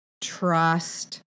trust